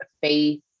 faith